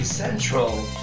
Central